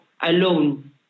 alone